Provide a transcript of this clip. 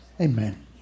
Amen